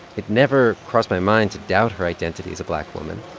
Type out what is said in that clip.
it never crossed my mind to doubt her identity as a black woman.